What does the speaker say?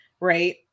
right